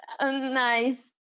nice